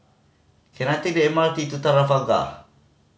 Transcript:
can I take the M R T to Trafalgar